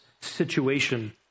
situation